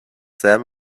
sam